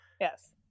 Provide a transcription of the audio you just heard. Yes